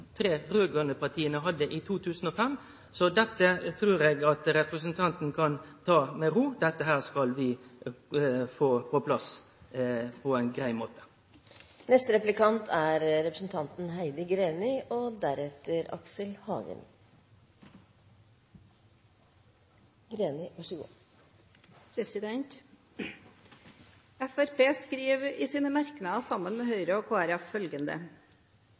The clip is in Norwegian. tre raud-grøne regjeringspartia i 2005. Så dette trur eg representanten kan ta med ro. Dette skal vi få på plass på ein grei måte. Fremskrittspartiet skriver i sine merknader sammen med Høyre og